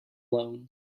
alone